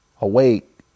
Awake